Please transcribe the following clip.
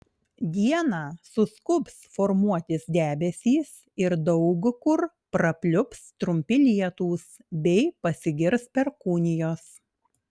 dieną suskubs formuotis debesys ir daug kur prapliups trumpi lietūs bei pasigirs perkūnijos